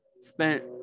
spent